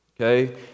okay